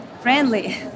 friendly